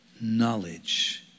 Knowledge